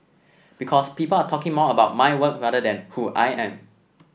because people are talking more about my work rather than who I am